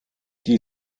die